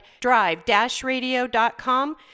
drive-radio.com